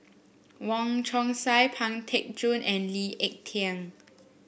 Wong Chong Sai Pang Teck Joon and Lee Ek Tieng